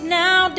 now